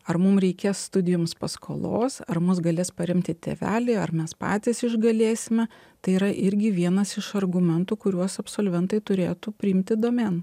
ar mums reikės studijoms paskolos ar mus galės paremti tėveliai ar mes patys išgalėsime tai yra irgi vienas iš argumentų kuriuos absolventai turėtų priimti domėn